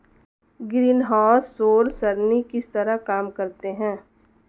greenhouse सौर सरणी किस तरह काम करते हैं